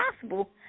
possible